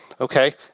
Okay